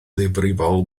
ddifrifol